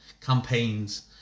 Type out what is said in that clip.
campaigns